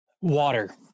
Water